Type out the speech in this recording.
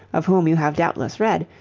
of whom you have doubtless read,